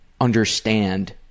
understand